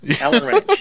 Alan